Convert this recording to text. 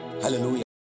Hallelujah